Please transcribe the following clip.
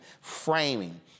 framing